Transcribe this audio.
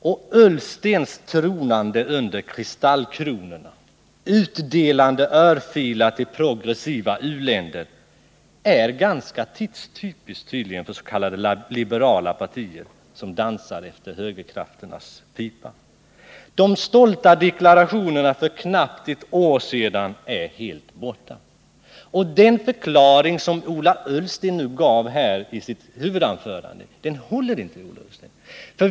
Ola Ullstens tronande under kristallkronorna och utdelande av örfilar till progressiva u-länder är tydligen någonting som är ganska tidstypiskt förs.k. liberala partier som dansar efter högerkrafternas pipa. De stolta deklarationerna för knappt ett år sedan är helt borta. Den förklaring som Ola Ullsten gav i sitt huvudanförande håller inte.